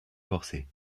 forcés